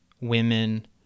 women